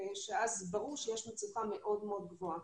שאז ברור שיש מצוקה מאוד-מאוד גבוהה.